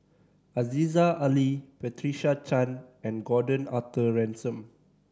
Aziza Ali Patricia Chan and Gordon Arthur Ransome